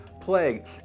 plague